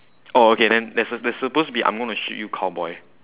oh okay then there's a there's supposed to be I'm gonna shoot you cowboy